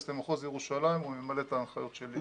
למחוז ירושלים הוא ימלא את ההנחיות שלי,